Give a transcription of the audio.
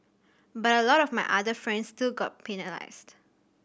but a lot of my other friends still got penalised